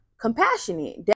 compassionate